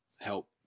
help